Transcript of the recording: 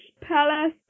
palace